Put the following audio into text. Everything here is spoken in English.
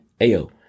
Ayo